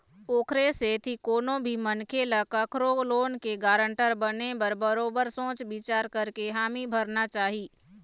ओखरे सेती कोनो भी मनखे ल कखरो लोन के गारंटर बने बर बरोबर सोच बिचार करके हामी भरना चाही